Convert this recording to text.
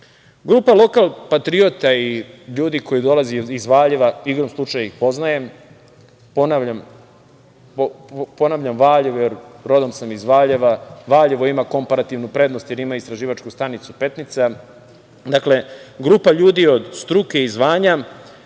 način. Grupa lokal-patriota i ljudi koji dolaze iz Valjeva, igrom slučaja iz poznajem, ponavljam, Valjevo, jer rodom sam iz Valjeva, Valjevo ima komparativnu prednost, jer ima Istraživačku stanicu "Petnica". Dakle, grupa ljudi od struke i zvanja